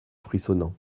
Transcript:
frissonnant